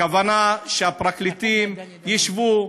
הכוונה היא שהפרקליטים ישבו